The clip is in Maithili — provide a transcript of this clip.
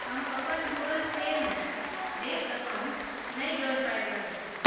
हम अपन गूगल पे मे बैंक अकाउंट नहि जोड़ि पाबि रहल छी